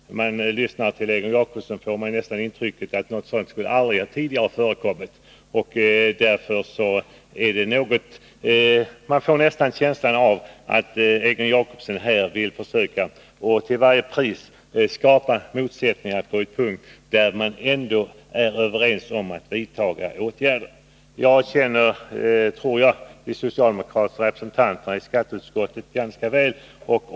När man lyssnar till Egon Jacobsson får man närmast uppfattningen att han anser att något sådant aldrig tidigare skulle ha förekommit. Man får nästan känslan av att Egon Jacobsson till varje pris vill försöka skapa motsättningar på en punkt, där vi ändå är överens om att vidta åtgärder. Jag tror att jag känner de socialdemokratiska ledamöterna i skatteutskottet ganska väl.